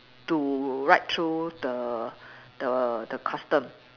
to right through the the the custom